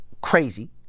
crazy